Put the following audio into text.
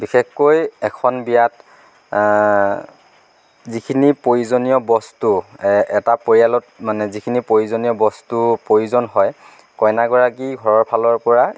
বিশেষকৈ এখন বিয়াত যিখিনি প্ৰয়োজনীয় বস্তু এটা পৰিয়ালত মানে যিখিনি প্ৰয়োজনীয় বস্তু প্ৰয়োজন হয় কইনাগৰাকীৰ ঘৰৰ ফালৰ পৰা